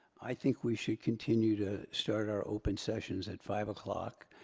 i think we should continue to start our open sessions at five like